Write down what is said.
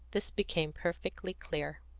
this became perfectly clear.